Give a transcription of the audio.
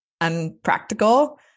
unpractical